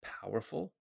powerful